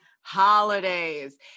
Holidays